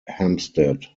hempstead